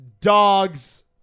dogs